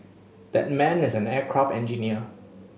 that man is an aircraft engineer